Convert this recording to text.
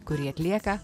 kurį atlieka